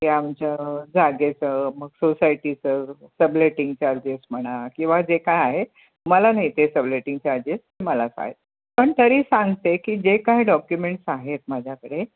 ते आमच्या जागेचं मग सोसायटीचं सबलेटिंग चार्जेस म्हणा किंवा जे काय आहे मला नाही ते सबलेटिंग चार्जेस तुम्हालाच आहे पण तरी सांगते की जे काय डॉक्युमेंट्स आहेत माझ्याकडे